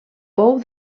pou